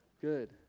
Good